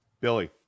Billy